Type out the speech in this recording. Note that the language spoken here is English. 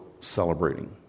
celebrating